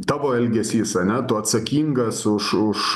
tavo elgesys ane tu atsakingas už už